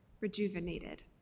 rejuvenated